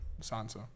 Sansa